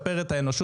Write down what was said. אין להם עם מי לדבר.